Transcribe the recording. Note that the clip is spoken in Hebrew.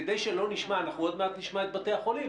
כדי שלא נשמע עוד מעט נשמע את בתי החולים.